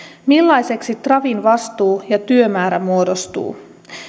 millaiseksi trafin vastuu ja työmäärä muodostuvat